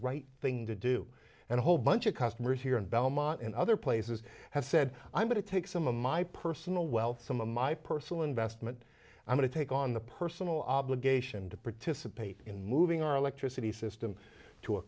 right thing to do and a whole bunch of customers here in belmont and other places have said i'm going to take some of my personal wealth some of my personal investment i'm going to take on the personal obligation to participate in moving our electricity system to